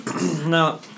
Now